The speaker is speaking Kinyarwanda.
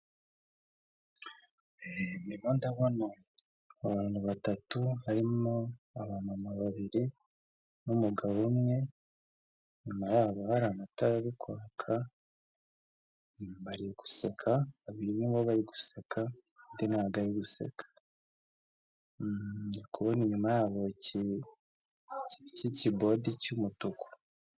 Ndimo ndabona abantu batatu barimo abamama babiri n'umugabo umwe, inyuma yabo hari amatara arikwaka bariguseka babiri ni bo bari guseka undi ntago arimo guseka, ndikubona inyuma yabo ikintu k'ikibodi cy'umutuku.